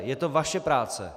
Je to vaše práce.